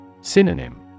Synonym